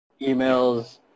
emails